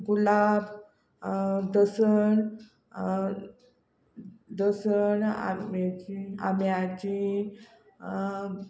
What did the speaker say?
गुलाब दसण दसण आमेचीं आंब्याचीं